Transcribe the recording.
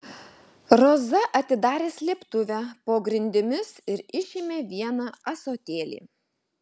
roza atidarė slėptuvę po grindimis ir išėmė vieną ąsotėlį